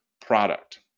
product